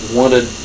wanted